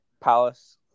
Palace